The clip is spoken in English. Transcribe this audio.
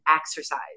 exercise